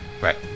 Right